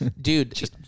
Dude